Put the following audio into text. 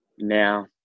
now